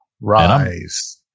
Rise